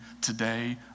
today